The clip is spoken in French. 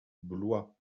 blois